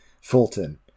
fulton